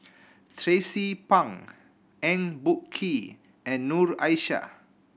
Tracie Pang Eng Boh Kee and Noor Aishah